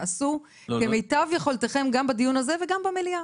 תעשו כמיטב יכולתכם גם בדיון הזה וגם במליאה.